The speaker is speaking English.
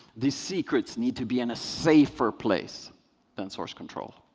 these secrets need to be in a safer place than source control.